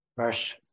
verse